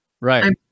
Right